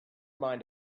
mind